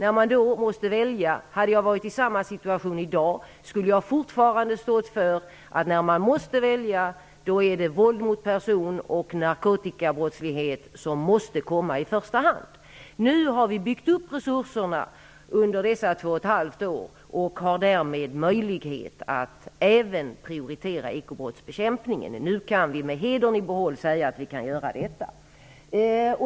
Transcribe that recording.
Om jag hade varit i samma situation i dag skulle jag fortfarande ha stått för att det är brott mot person och narkotikabrottslighet som måste komma i första hand när man måste välja. Nu har vi under dessa två och ett halvt år byggt upp resurserna och har därmed möjlighet att även prioritera ekobrottsbekämpningen. Nu kan vi med hedern i behåll säga att vi kan göra detta.